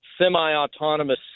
semi-autonomous